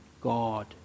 God